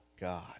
God